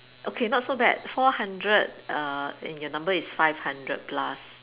okay not so bad four hundred uh and your number is five hundred plus